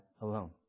alone